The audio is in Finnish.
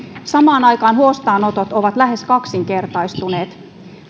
samaan aikaan huostaanotot ovat lähes kaksinkertaistuneet